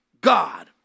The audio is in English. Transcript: God